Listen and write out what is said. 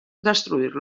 destruir